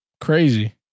Crazy